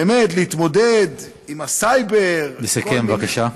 באמת, להתמודד עם הסייבר, לסכם בבקשה.